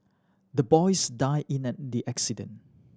the boys die in a the accident